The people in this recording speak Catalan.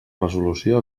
resolució